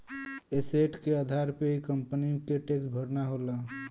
asset के आधार पे ही कंपनी के टैक्स भरना होला